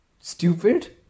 stupid